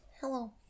Hello